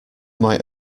might